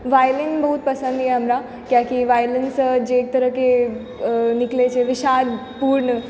violin बहुत पसन्द यऽ हमरा कियाकि वाइलिनसँ जे एक तरहके निकलौ छै विषादपूर्ण